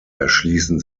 erschließen